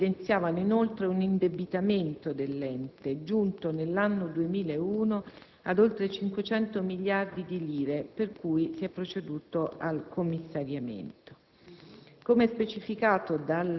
Le risultanze della indagine evidenziavano, inoltre, un indebitamento dell'ente, giunto nell'anno 2001, ad oltre 500 miliardi di lire per cui si è proceduto al commissariamento